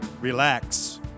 relax